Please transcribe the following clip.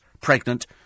pregnant